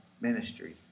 ministry